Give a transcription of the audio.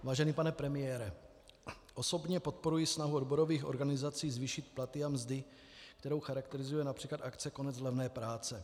Vážený pane premiére, osobně podporuji snahu odborových organizací zvýšit platy a mzdy, kterou charakterizuje například akce Konec levné práce.